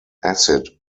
acid